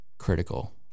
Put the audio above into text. critical